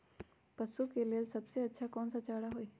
पशु के लेल सबसे अच्छा कौन सा चारा होई?